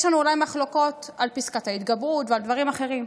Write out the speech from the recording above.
יש לנו אולי מחלוקות על פסקת ההתגברות ועל דברים אחרים,